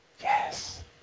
yes